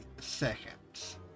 seconds